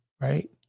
right